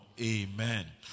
Amen